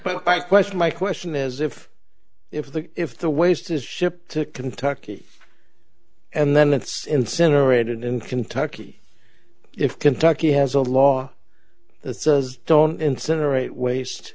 first question my question is if if the if the waste is shipped to kentucky and then it's incinerated in kentucky if kentucky has a law that says don't incinerate waste